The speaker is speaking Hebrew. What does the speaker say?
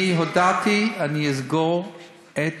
אני הודעתי שאני אסגור את